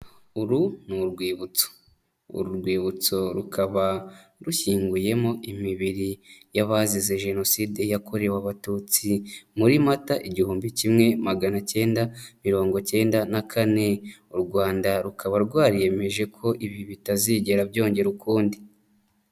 Uru ni urwibutso, uru rwibutso rukaba rushyinguyemo imibiri y'abazize jenoside yakorewe Abatutsi muri mata igihumbi kimwe magana cyenda mirongo cyenda na kane. U Rwanda rukaba rwariyemeje ko ibi bitazigera byongera ukundi.